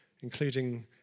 including